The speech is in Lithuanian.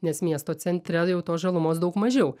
nes miesto centre jau tos žalumos daug mažiau